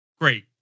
Great